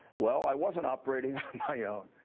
well, i wasn't operating on my own.